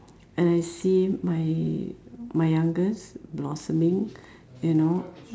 and I see my my youngest blossoming you know